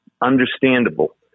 understandable